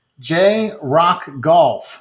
jrockgolf